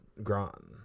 Gron